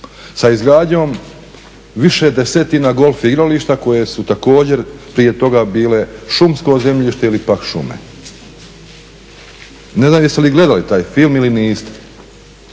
sa izgradnjom više desetina golf igrališta koje su također prije toga bile šumsko zemljište ili pak šume. Ne znam jeste li gledali taj film ili niste.